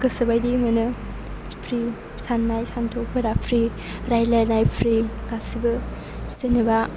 गोसोबायदि मोनो फ्रि साननाय सान्थौफोरा फ्रि रायज्लायनाय फ्रि गासैबो जेनेबा